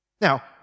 Now